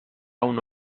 una